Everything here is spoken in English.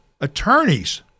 attorneys